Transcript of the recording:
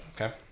Okay